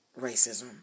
racism